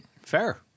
Fair